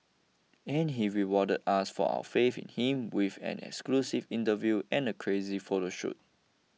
and he rewarded us for our faith in him with an exclusive interview and a crazy photo shoot